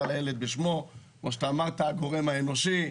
נקרא לילד בשמו, כמו שאמרת, הגורם האנושי.